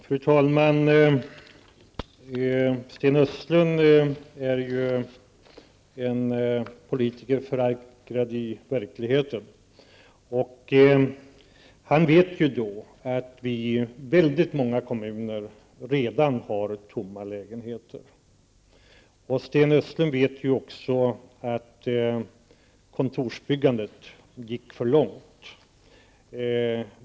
Fru talman! Sten Östlund är en politiker förankrad i verkligheten. Han vet att det i många kommuner redan finns tomma lägenheter. Sten Östlund vet också att kontorsbyggandet gick för långt.